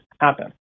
happen